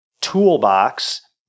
toolbox